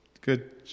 good